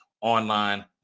online